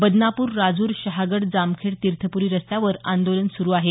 बदनापूर राजूर शहागड जामखेड तीर्थपुरी रस्त्यावर आंदोलन सुरू आहे